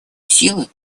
силы